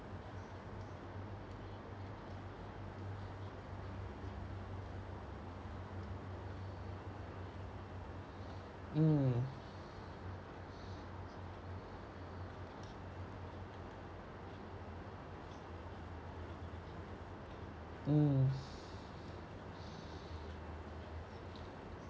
mm mm